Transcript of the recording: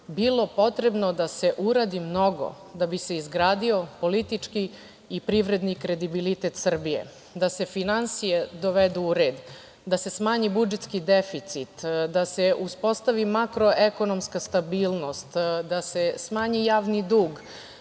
bilo potrebno da se uradi mnogo da bi se izgradio politički i privredni kredibilitet Srbije, da se finansije dovedu u red, da se smanji budžetski deficit, da se uspostavi makroekonomska stabilnost, da se smanji javni dug,